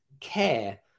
care